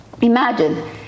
imagine